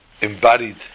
embodied